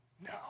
No